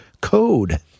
Code